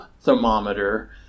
thermometer